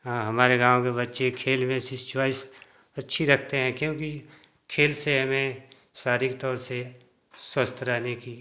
हाँ हमारे गाँव के बच्चे खेल में ऐसी चॉइस अच्छी रखते हैं क्योंकि खेल से हमें शारीरिक तौर से स्वस्थ रहने की